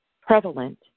prevalent